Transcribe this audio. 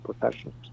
professionals